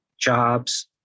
jobs